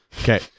okay